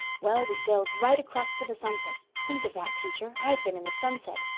well, we sailed right across to the sunset. think of that, teacher, i've been in the sunset.